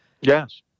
Yes